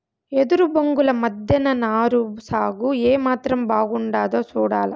ఎదురు బొంగుల మద్దెన నారు సాగు ఏమాత్రం బాగుండాదో సూడాల